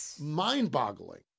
mind-boggling